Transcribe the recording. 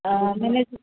मैंने